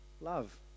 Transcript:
love